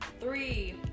three